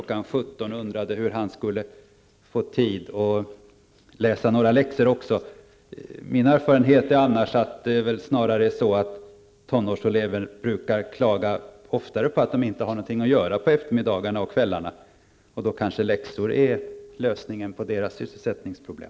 17.00 och undrade hur han skulle få tid att läsa några läxor. Min erfarenhet är att det snarare är på det sättet att tonårselever oftare brukar klaga över att de inte har något att göra på eftermiddagar och kvällar. Och då kanske läxor är lösningen på deras sysselsättningsproblem.